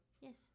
yes